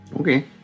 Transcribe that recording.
Okay